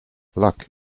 luck